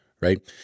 Right